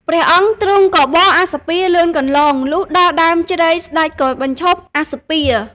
ព្រះអង្គទ្រង់ក៏បរអស្សពាហ៍លឿនកន្លង លុះដល់ដើមជ្រៃស្តេចក៏បញ្ឈប់អស្សពាហ៍។